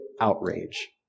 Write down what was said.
outrage